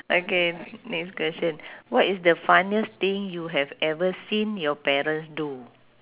okay next question what is the funniest thing you have ever seen your parents do